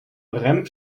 rem